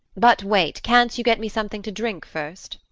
but wait can't you get me something to drink first?